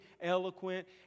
eloquent